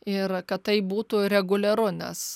ir kad tai būtų reguliaru nes